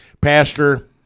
Pastor